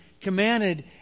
commanded